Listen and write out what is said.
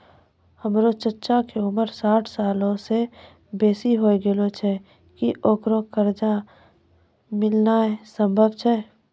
हमरो चच्चा के उमर साठ सालो से बेसी होय गेलो छै, कि ओकरा कर्जा मिलनाय सम्भव छै?